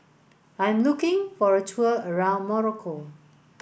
I am looking for a tour around Morocco